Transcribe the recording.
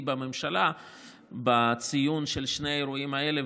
בממשלה בציון של שני האירועים האלה,